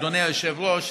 אדוני היושב-ראש,